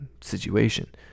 situation